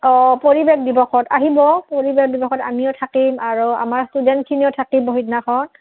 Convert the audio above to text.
অঁ পৰিৱেশ দিৱসত আহিব পৰিৱেশ দিৱসত আমিও থাকিম আৰু আমাৰ ষ্টুডেণ্টখিনিও থাকিব সেইদিনাখনত